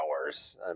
hours